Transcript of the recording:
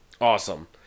Awesome